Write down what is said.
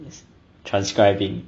is transcribing